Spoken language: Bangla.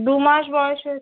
দু মাস বয়স হয়েছে